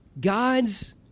God's